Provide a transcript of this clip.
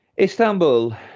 Istanbul